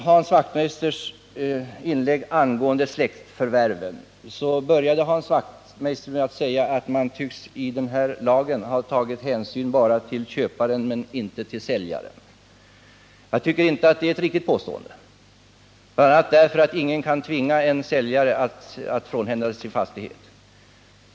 Hans Wachtmeister började sitt inlägg om släktförvärven med att säga att man i den här lagen bara tycks ha tagit hänsyn till köparen och inte till säljaren. Jag tycker inte att det är ett riktigt påstående, bl.a. därför att ingen kan tvinga en säljare att frånhända sig sin fastighet.